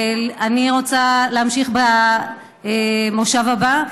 אני רוצה להמשיך במושב הבא.